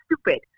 stupid